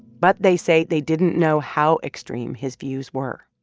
but they say they didn't know how extreme his views were